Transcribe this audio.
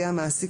יהיה המעסיק,